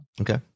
Okay